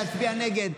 להצביע נגד,